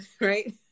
right